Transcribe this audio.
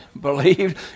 believed